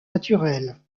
naturelles